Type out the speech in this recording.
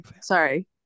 Sorry